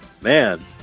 man